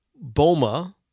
Boma